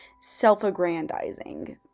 self-aggrandizing